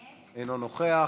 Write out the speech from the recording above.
אינו נוכח,